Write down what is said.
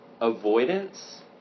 Avoidance